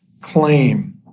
claim